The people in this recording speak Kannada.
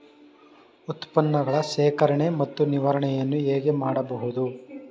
ಉತ್ಪನ್ನಗಳ ಶೇಖರಣೆ ಮತ್ತು ನಿವಾರಣೆಯನ್ನು ಹೇಗೆ ಮಾಡಬಹುದು?